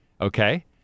Okay